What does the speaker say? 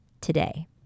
today